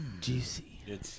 juicy